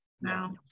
Now